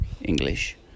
English